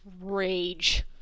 rage